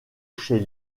chez